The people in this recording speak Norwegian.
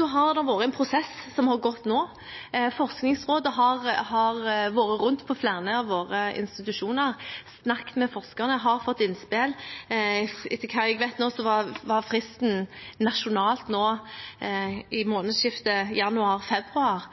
har pågått en prosess nå. Forskningsrådet har vært rundt på flere av institusjonene våre, snakket med forskerne og fått innspill. Etter hva jeg vet, var fristen nasjonalt i månedsskiftet januar–februar.